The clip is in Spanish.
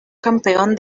campeón